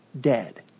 dead